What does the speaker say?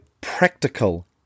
practical